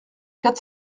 quatre